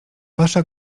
wasza